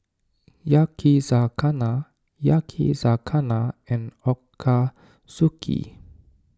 Yakizakana Yakizakana and Ochazuke